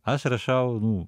aš rašau nu